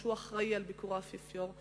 והוא אחראי על ביקור האפיפיור.